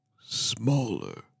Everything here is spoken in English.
Smaller